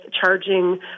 charging